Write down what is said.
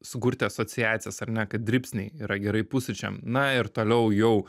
sukurti asociacijas ar ne kad dribsniai yra gerai pusryčiam na ir toliau jau